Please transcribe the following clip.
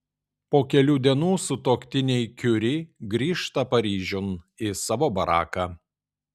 po kelių dienų sutuoktiniai kiuri grįžta paryžiun į savo baraką